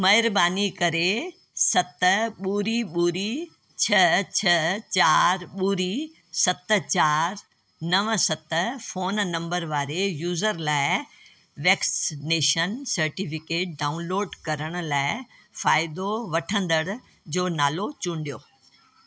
महिरबानी करे सत ॿुड़ी ॿुड़ी छह छह चारि ॿुड़ी सत चारि नव सत फोन नंबर वारे यूज़र लाइ वैक्सनेशन सर्टिफिकेट डाउनलोड करण लाइ फ़ाइदो वठंदड़ु जो नालो चूंडियो